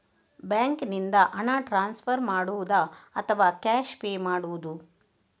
ಬ್ಯಾಂಕಿನಿಂದ ಹಣ ಟ್ರಾನ್ಸ್ಫರ್ ಮಾಡುವುದ ಅಥವಾ ಕ್ಯಾಶ್ ಪೇ ಮಾಡುವುದು?